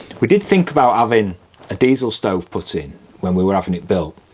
we did think about having a diesel stove put in when we were having it built.